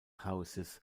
houses